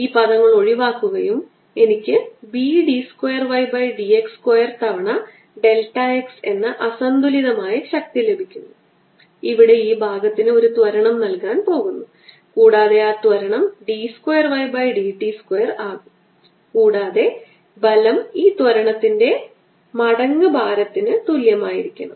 ഈ പദങ്ങൾ ഒഴിവാക്കുകയും എനിക്ക് B d square y by d x square തവണ ഡെൽറ്റ x എന്ന അസന്തുലിതമായ ശക്തി ലഭിക്കുന്നു ഇവിടെ ഈ ഭാഗത്തിന് ഒരു ത്വരണം നൽകാൻ പോകുന്നു കൂടാതെ ആ ത്വരണം d square y by d t square ആകും കൂടാതെ ബലം ഈ ത്വരണത്തിന്റെ മടങ്ങ് ഭാരത്തിന് തുല്യമായിരിക്കണം